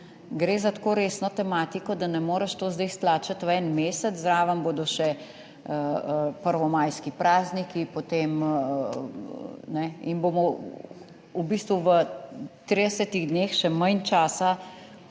gre za tako resno tematiko, da ne moreš to zdaj stlačiti v en mesec. Zraven bodo še prvomajski prazniki potem ne in bomo v bistvu v 30-ih dneh še manj časa.